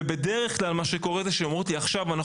ובדרך כלל מה שקורה זה שהן אומרות לי עכשיו אנחנו